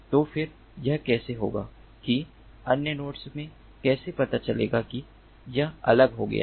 तो फिर यह कैसे होगा कि अन्य नोड्स में कैसे पता चलेगा कि यह अलग हो गया है